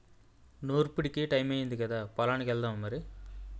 నూర్పుడికి టయమయ్యింది కదా పొలానికి ఎల్దామా మరి